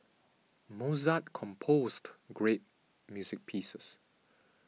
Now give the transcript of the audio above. Mozart composed great music pieces